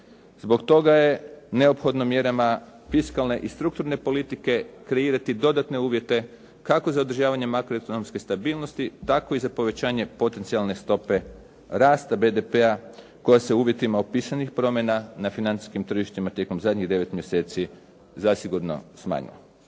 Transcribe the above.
Zbog toga je neophodno mjerama fiskalne i strukturne politike kreirati dodatne uvjete kako za održavanje makroekonomske stabilnosti tako i za povećanje potencijalne stope rasta BDP-a koja se u uvjetima opisanih promjenama na financijskim tržištima tijekom zadnjih 9 mjeseci zasigurno smanjila.